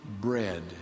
bread